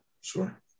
sure